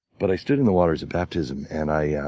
but i stood in the waters of baptism and i yeah